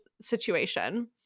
situation